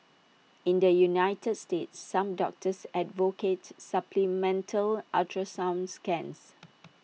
in the united states some doctors advocate supplemental ultrasound scans